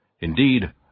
Indeed